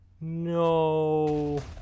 No